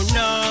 no